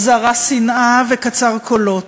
הוא זרע שנאה וקצר קולות.